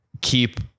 keep